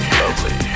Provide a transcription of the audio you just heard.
lovely